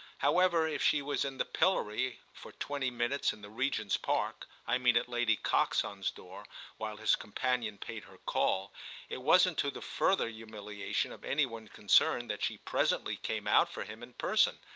however, if he was in the pillory for twenty minutes in the regent's park i mean at lady coxon's door while his companion paid her call it wasn't to the further humiliation of any one concerned that she presently came out for him in person,